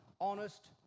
honest